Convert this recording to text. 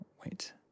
wait